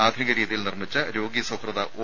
ആധുനിക രീതിയിൽ നിർമ്മിച്ച രോഗീ സൌഹൃദ ഒ